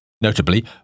Notably